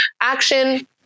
action